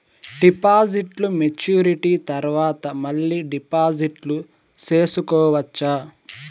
డిపాజిట్లు మెచ్యూరిటీ తర్వాత మళ్ళీ డిపాజిట్లు సేసుకోవచ్చా?